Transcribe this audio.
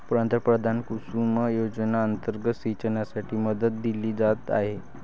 पंतप्रधान कुसुम योजना अंतर्गत सिंचनासाठी मदत दिली जात आहे